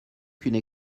qu’une